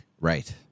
Right